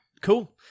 Cool